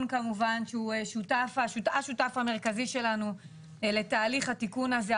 כמובן שהוא השותף המרכזי שלנו לתהליך התיקון הזה,